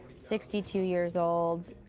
sixty two years old,